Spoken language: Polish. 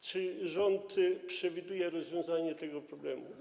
Czy rząd przewiduje rozwiązanie tego problemu?